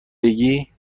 بگی